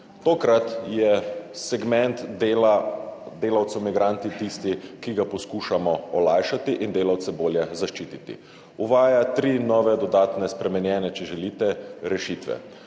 Tokrat je segment dela delavcev migranti tisti, ki ga poskušamo olajšati in delavce bolje zaščititi. Uvaja tri nove, dodatne, spremenjene, če želite rešitve.